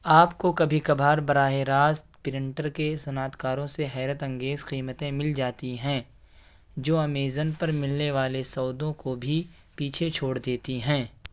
آپ کو کبھی کبھار براہ راست پرنٹر کے صنعت کاروں سے حیرت انگیز قیمتیں مل جاتی ہیں جو ایمیزن پر ملنے والے سودوں کو بھی پیچھے چھوڑ دیتی ہیں